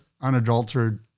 unadulterated